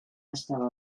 estava